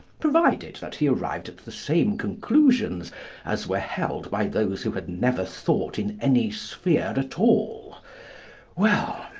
provided that he arrived at the same conclusions as were held by those who had never thought in any sphere at all well,